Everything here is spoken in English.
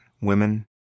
women